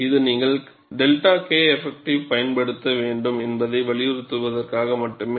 இது நீங்கள் 𝜹Keff பயன்படுத்த வேண்டும் என்பதை வலியுறுத்துவதற்காக மட்டுமே